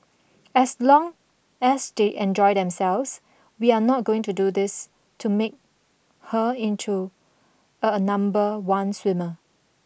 as long as they enjoy themselves we are not going to do this to make her into a number one swimmer